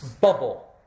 bubble